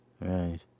right